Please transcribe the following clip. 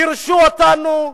גירשו אותנו,